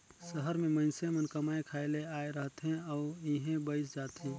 सहर में मइनसे मन कमाए खाए ले आए रहथें अउ इहें बइस जाथें